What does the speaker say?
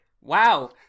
wow